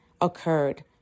occurred